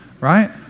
Right